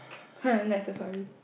[heh] Night Safari